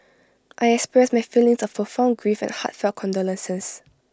I express my feelings of profound grief and heartfelt condolences